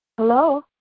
Hello